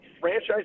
franchise